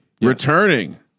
Returning